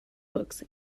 books